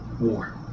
war